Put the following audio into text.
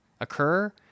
occur